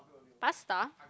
pasta